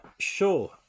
Sure